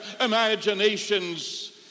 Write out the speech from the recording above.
imaginations